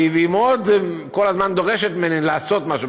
והיא כל הזמן דורשת ממני לעשות משהו,